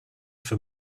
for